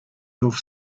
your